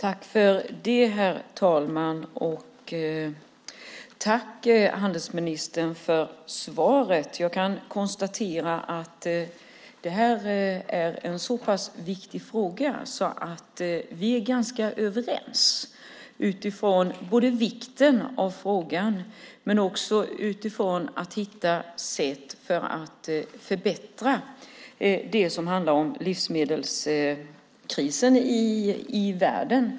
Herr talman! Tack för svaret, handelsministern! Jag kan konstatera att det här är en så pass viktig fråga att vi är ganska överens utifrån både vikten av frågan och utifrån att hitta sätt att förbättra det som handlar om livsmedelskrisen i världen.